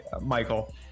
Michael